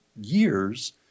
years